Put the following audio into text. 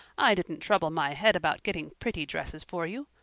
i didn't trouble my head about getting pretty dresses for you.